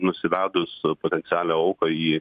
nusivedus potencialią auką į